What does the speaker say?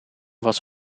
was